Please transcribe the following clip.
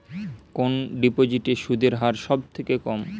কোন ডিপোজিটে সুদের হার সবথেকে কম?